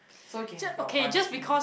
so can have your privacy